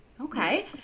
Okay